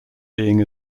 being